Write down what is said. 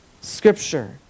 scripture